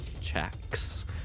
checks